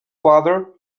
father